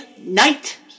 night